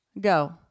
go